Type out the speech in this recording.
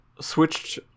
switched